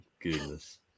goodness